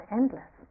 endless